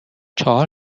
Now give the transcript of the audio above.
چهار